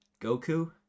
Goku